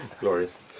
Glorious